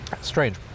Strange